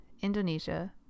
Indonesia